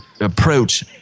approach